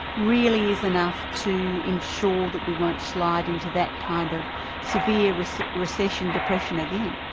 really is enough to ensure that we won't slide into that kind of severe recession recession depression again?